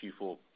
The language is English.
Q4